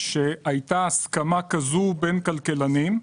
שהייתה הסכמה כזו בין כלכלנים.